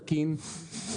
תקין,